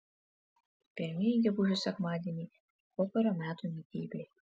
pirmieji gegužių sekmadieniai pokario metų nykybėj